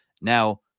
now